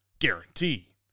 guarantee